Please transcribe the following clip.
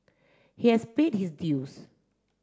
he has paid his dues